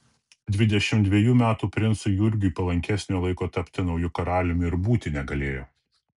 dvidešimt dvejų metų princui jurgiui palankesnio laiko tapti nauju karaliumi ir būti negalėjo